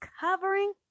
covering